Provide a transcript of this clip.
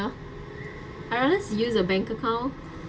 I will just use the bank account